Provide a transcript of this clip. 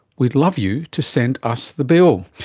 we'd love you to send us the bill.